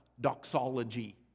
doxology